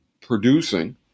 producing